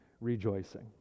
rejoicing